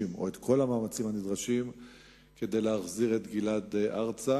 או את כל המאמצים הנדרשים כדי להחזיר את גלעד ארצה